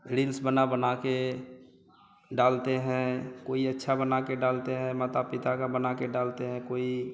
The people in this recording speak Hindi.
रिल्स बना बनाकर डालते हैं कोई अच्छा बनाकर डालते हैं माता पिता का बनाकर डालते हैं कोई